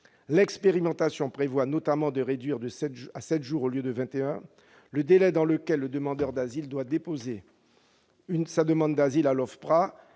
L'expérimentation prévoit notamment de réduire à sept jours, au lieu de vingt et un, le délai dans lequel le demandeur d'asile doit déposer sa demande à l'OFPRA,